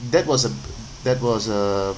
that was a that was a